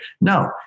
No